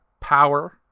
Power